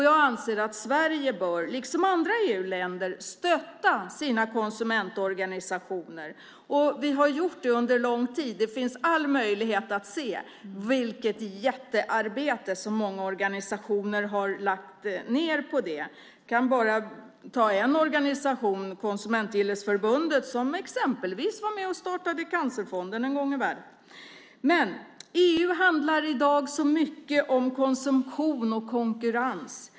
Jag anser att Sverige bör, liksom andra EU-länder, stötta sina konsumentorganisationer. Vi har gjort det under lång tid. Det finns all möjlighet att se vilket jättearbete som många organisationer har lagt ned. Jag kan bara ta en organisation som exempel, Konsumentgillesförbundet som var med och startade Cancerfonden en gång i världen. EU handlar i dag så mycket om konsumtion och konkurrens.